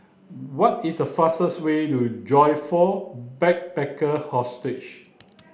what is the fastest way to Joyfor Backpackers'